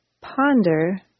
Ponder